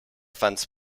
fence